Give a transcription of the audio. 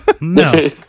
No